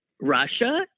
Russia